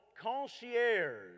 concierge